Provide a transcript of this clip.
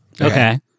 Okay